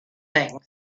thing